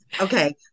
Okay